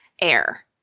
air